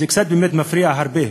באמת זה אפילו מפריע מאוד.